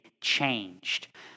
changed